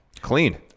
Clean